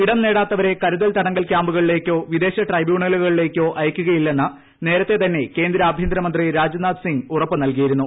ഇട്ട്രം നേടാത്തവരെ കരുതൽ തടങ്കൽ ക്യാമ്പുകളിലേക്കോ പിദ്ദേശ് പ്രൈബ്യൂണലുകളിലേക്കോ അയക്കില്ലെന്ന് നേരത്തെ തന്നെ ക്യേന്ദ്ര ആഭ്യന്തര മന്ത്രി രാജ്നാഥ് സിംഗ് ഉറപ്പ് നൽകിയിരുന്നു